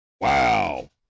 Wow